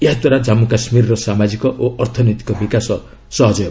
ଏହା ଦ୍ୱାରା ଜାନ୍ଗୁ କାଶ୍ମୀରର ସାମାଜିକ ଅର୍ଥନୈତିକ ବିକାଶ ସମ୍ଭବ ହେବ